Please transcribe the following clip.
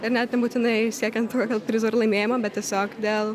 ir net nebūtinai siekiant tokio prizo laimėjimą bet tiesiog dėl